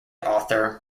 author